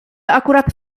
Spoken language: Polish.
akurat